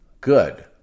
Good